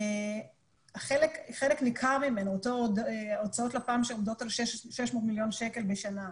חלק ניכר מהוצאות לפ"מ שעומדות על 600 מיליון שקל בשנה,